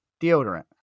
deodorant